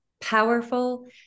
powerful